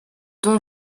don